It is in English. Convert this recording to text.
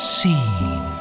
seen